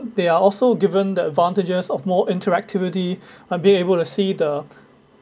they are also given the advantages of more interactivity and being able to see the